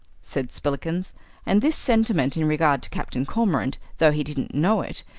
said spillikins and this sentiment in regard to captain cormorant, though he didn't know it,